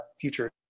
future